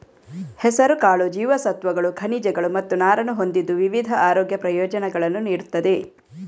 ಹೆಸರುಕಾಳು ಜೀವಸತ್ವಗಳು, ಖನಿಜಗಳು ಮತ್ತು ನಾರನ್ನು ಹೊಂದಿದ್ದು ವಿವಿಧ ಆರೋಗ್ಯ ಪ್ರಯೋಜನಗಳನ್ನು ನೀಡುತ್ತದೆ